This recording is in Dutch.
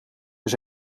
dus